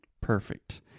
Perfect